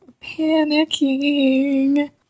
Panicking